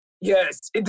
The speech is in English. Yes